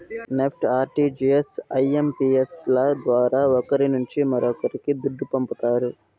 NEFT, RTGS, IMPS ల ద్వారా ఒకరి నుంచి మరొక్కరికి దుడ్డు పంపతారు